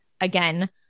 again